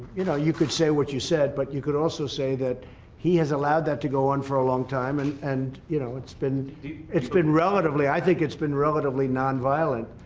you know, you could say what you said but you could also say that he has allowed that to go on for a long time and and you know, it's been it's been relatively i think it's been relatively nonviolent